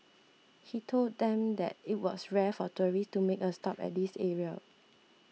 he told them that it was rare for tourists to make a stop at this area